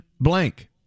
blank